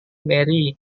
mary